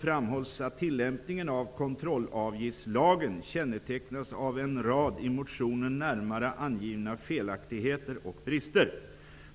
framhålls att tillämpningen av kontrollavgiftslagen kännetecknas av en rad i motionen närmare angivna felaktigheter och brister.